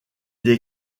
des